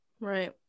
Right